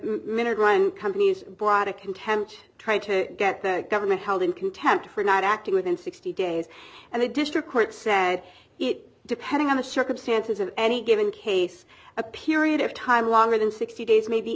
minute run companies bought a contempt try to get the government held in contempt for not acting within sixty days and the district court said it depending on the circumstances in any given case a period of time longer than sixty days may be